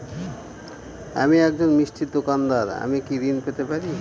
আমি একজন মিষ্টির দোকাদার আমি কি ঋণ পেতে পারি?